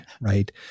right